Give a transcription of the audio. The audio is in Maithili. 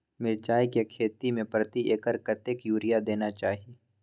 मिर्चाय के खेती में प्रति एकर कतेक यूरिया देना चाही?